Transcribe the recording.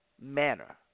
manner